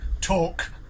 talk